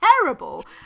terrible